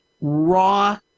raw